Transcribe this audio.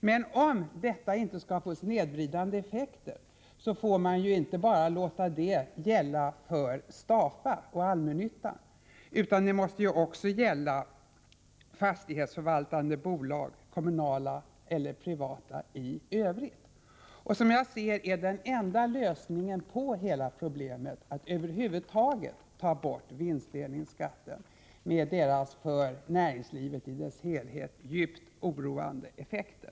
För att detta inte skall få snedvridande effekter får man ju inte låta det endast gälla för Stafa och allmännyttan, utan det måste också gälla fastighetsförvaltande bolag, kommunala eller privata, i Övrigt. Som jag ser det är den enda lösningen på hela problemet att över huvud taget ta bort vinstdelningsskatten med dess för näringslivet i dess helhet djupt oroande effekter.